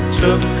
took